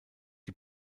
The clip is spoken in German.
die